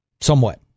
Somewhat